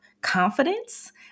confidence